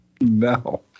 No